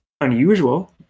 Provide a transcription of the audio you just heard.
unusual